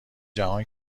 جهان